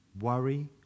Worry